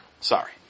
Sorry